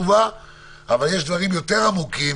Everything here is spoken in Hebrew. אבל יש דברים יותר עמוקים